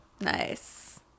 Nice